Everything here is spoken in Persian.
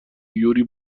یوری